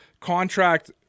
contract